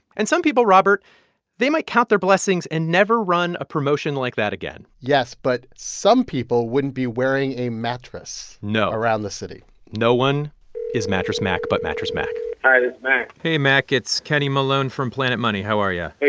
and some people, robert they might count their blessings and never run a promotion like that again yes, but some people wouldn't be wearing a mattress. no. around the city no one is mattress mack but mattress mack hi. this is mack hey, mack. it's kenny malone from planet money. how are yeah you?